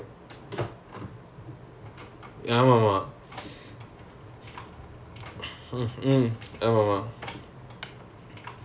and mathematics because school of science and mathematics right ya but some people அதை:athai try பண்ண பிறகு தானே அவங்களுக்கு தெரியும்:panna piraku thane avangalukku theriyum they don't like it ya so